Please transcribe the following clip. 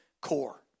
core